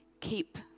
keep